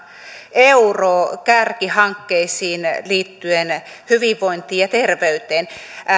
euroa kärkihankkeisiin liittyen hyvinvointiin ja terveyteen